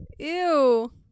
Ew